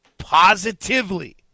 positively